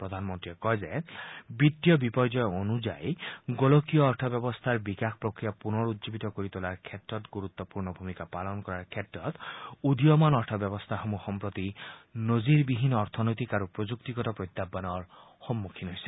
প্ৰধানমন্ত্ৰীয়ে কয় যে বিত্তীয় বিপৰ্যয় অনুসৰি গোলকীয় অৰ্থব্যৱস্থাৰ বিকাশ প্ৰক্ৰিয়া পুনৰ উজ্জীৱিত কৰি তোলাৰ ক্ষেত্ৰত ণুৰুত্বপূৰ্ণ ভূমিকা পালন কৰাৰ ক্ষেত্ৰত উদীয়মান অৰ্থ ব্যৱস্থাসমূহ সম্প্ৰতি নজিৰবিহীন অৰ্থনৈতিক আৰু প্ৰযুক্তিগত প্ৰত্যাহানৰ সন্মুখীন হৈছে